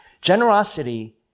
Generosity